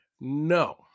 no